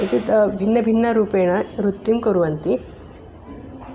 एतत् भिन्नभिन्नरूपेण वृत्तिं कुर्वन्ति